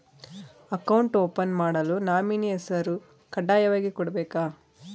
Account open ಮಾಡಲು nominee ಹೆಸರು ಕಡ್ಡಾಯವಾಗಿ ಕೊಡಬೇಕಾ?